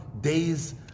days